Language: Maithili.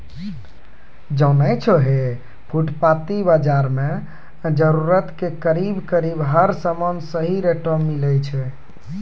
जानै छौ है फुटपाती बाजार मॅ जरूरत के करीब करीब हर सामान सही रेटो मॅ मिलै छै